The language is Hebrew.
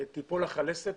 תיפול לך הלסת.